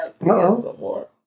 No